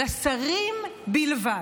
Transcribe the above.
לשרים בלבד.